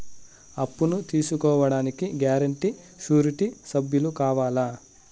అప్పును తీసుకోడానికి guarantee, surety సభ్యులు కావాలా?